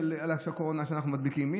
שאנחנו מדביקים בקורונה.